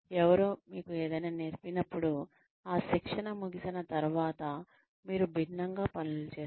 ఎవరో మీకు ఏదైనా నేర్పినప్పుడు ఆ శిక్షణ ముగిసిన తర్వాత మీరు భిన్నంగా పనులు చేస్తారు